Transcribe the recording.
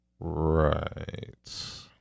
Right